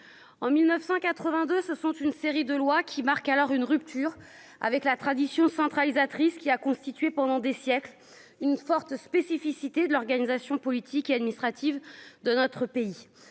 en 1982 ce sont une série de lois qui marque alors une rupture avec la tradition centralisatrice qui a constitué pendant des siècles une forte spécificité de l'organisation politique et administrative de notre pays